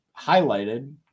highlighted